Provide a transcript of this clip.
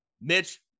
Mitch